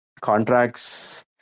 contracts